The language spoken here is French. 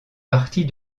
partie